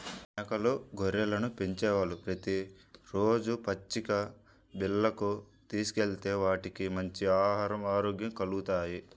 మేకలు, గొర్రెలను పెంచేవాళ్ళు ప్రతి రోజూ పచ్చిక బీల్లకు తీసుకెళ్తే వాటికి మంచి ఆహరం, ఆరోగ్యం కల్గుతాయి